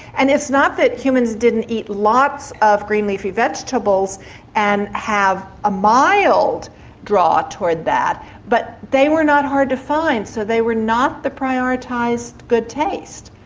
and it's not that humans didn't eat lots of green leafy vegetables and have a mild draw toward that but they were not hard to find so they were not the prioritised good taste.